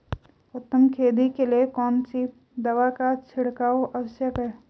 उत्तम खेती के लिए कौन सी दवा का छिड़काव आवश्यक है?